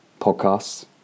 Podcasts